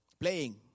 playing